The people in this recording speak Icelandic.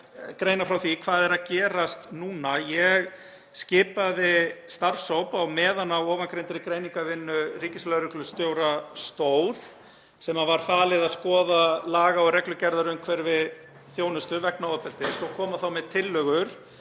greina frá því hvað er að gerast núna. Ég skipaði starfshóp á meðan á framangreindri greiningarvinnu ríkislögreglustjóra stóð, sem var falið að skoða laga- og reglugerðarumhverfi þjónustu vegna ofbeldis og koma þá með tillögur